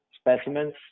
specimens